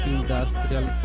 Industrial